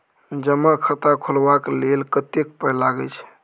जमा खाता खोलबा लेल कतेक पाय लागय छै